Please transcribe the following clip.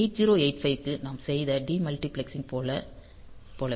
8085 க்கு நாம் செய்த டி மல்டிபிளெக்சிங் போல